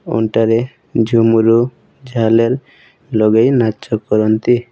ଅଣ୍ଟାରେ ଝୁମୁରୁ ଝାଲର୍ ଲଗାଇ ନାଚ କରନ୍ତି